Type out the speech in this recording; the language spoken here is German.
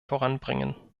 voranbringen